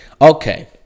Okay